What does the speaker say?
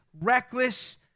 reckless